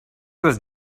was